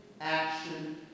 action